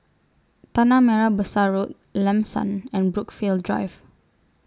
Tanah Merah Besar Road Lam San and Brookvale Drive